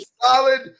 solid